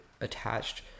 attached